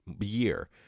year